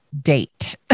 date